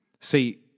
See